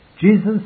Jesus